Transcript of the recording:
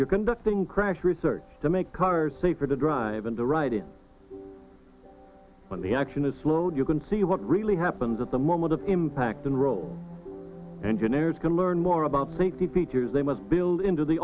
you're conducting crash research to make cars safer to drive in the right in when the action is slowed you can see what really happens at the moment of impact and roll engineers can learn more about think the pictures they must build into the